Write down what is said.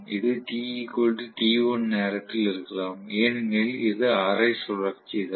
இது t t1 நேரத்தில் இருக்கலாம் ஏனெனில் இது அரை சுழற்சி தான்